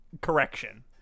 Correction